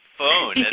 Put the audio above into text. phone